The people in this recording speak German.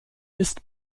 ist